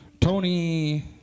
Tony